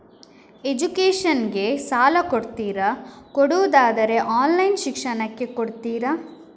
Education ಗೆ ಸಾಲ ಕೊಡ್ತೀರಾ, ಕೊಡುವುದಾದರೆ ಆನ್ಲೈನ್ ಶಿಕ್ಷಣಕ್ಕೆ ಕೊಡ್ತೀರಾ?